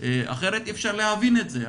אחרת אי אפשר להבין את זה.